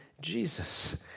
Jesus